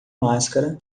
máscara